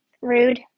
rude